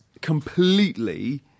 completely